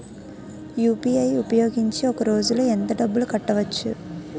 UPI ఉపయోగించి ఒక రోజులో ఎంత డబ్బులు కట్టవచ్చు?